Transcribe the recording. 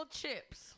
chips